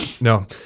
No